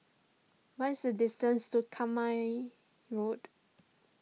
once the distance to Rambai Road